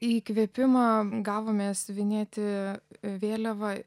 įkvėpimo gavome siuvinėti vėliavą